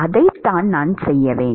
அதைத்தான் நான் செய்ய வேண்டும்